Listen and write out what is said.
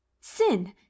sin